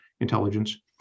intelligence